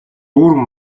дүүрэн